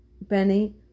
Benny